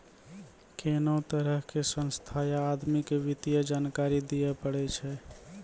कोनो तरहो के संस्था या आदमी के वित्तीय जानकारी दियै पड़ै छै